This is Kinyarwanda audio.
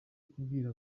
kubwira